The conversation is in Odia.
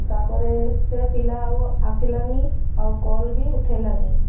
ତା'ପରେ ସେ ପିଲା ଆଉ ଆସିଲାନି ଆଉ କଲ୍ ବି ଉଠାଇଲାନି